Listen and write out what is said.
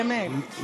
באמת.